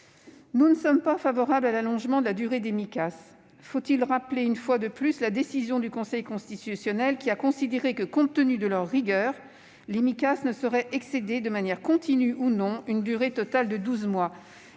Nous ne sommes pas favorables à l'allongement de la durée des Micas. Faut-il rappeler une fois de plus la décision du Conseil constitutionnel, qui a considéré que, compte tenu de leur rigueur, les Micas ne sauraient excéder, de manière continue ou non, une durée totale de douze mois ?